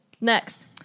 Next